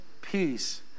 peace